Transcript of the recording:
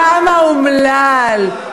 כמה אומלל.